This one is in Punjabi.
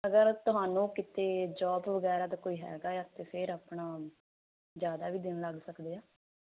ਅਗਰ ਤੁਹਾਨੂੰ ਕਿਤੇ ਜੋਬ ਵਗੈਰਾ ਦਾ ਕੋਈ ਹੈਗਾ ਆ ਤੇ ਫਿਰ ਆਪਣਾ ਜਿਆਦਾ ਵੀ ਦਿਨ ਲੱਗ ਸਕਦੇ ਆ